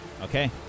Okay